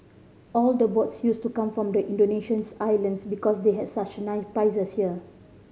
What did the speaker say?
all the boats used to come from the Indonesian's islands because they had such nice prizes here